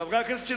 חברי הכנסת של